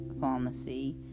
pharmacy